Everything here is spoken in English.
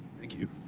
thank you.